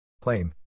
Claim